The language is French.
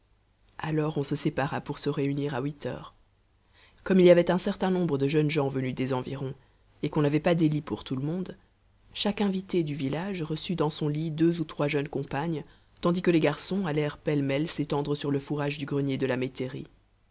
alors on se sépara pour se réunir à huit heures comme il y avait un certain nombre de jeunes gens venus des environs et qu'on n'avait pas des lits pour tout le monde chaque invitée du village reçut dans son lit deux ou trois jeunes compagnes tandis que les garçons allèrent pêle-mêle s'étendre sur le fourrage du grenier de la